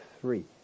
three